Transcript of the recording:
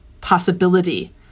possibility